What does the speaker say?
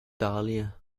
dahlia